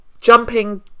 jumping